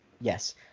Yes